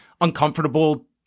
uncomfortable